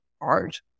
art